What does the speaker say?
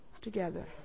together